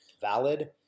valid